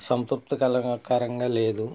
సంతృప్తికరం కరంగా లేదు